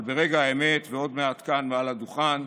אבל ברגע האמת, ועוד מעט כאן, מעל הדוכן,